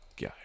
go